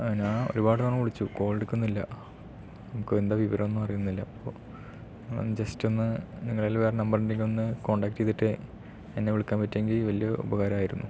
അ ഞാൻ ഒരുപാട് തവണ വിളിച്ചു കോൾ എടുക്കുന്നില്ല എന്താ വിവരം ഒന്നും അറിയുന്നില്ല ഇപ്പോൾ ജസ്റ്റ് ഒന്ന് നിങ്ങളുടെ കയ്യിൽ വേറെ നമ്പർ ഉണ്ടെങ്കിൽ ഒന്ന് കോൺടാക്ട് ചെയ്തിട്ട് എന്നെ വിളിക്കാൻ പറ്റുമെങ്കിൽ വലിയ ഉപകാരമായിരുന്നു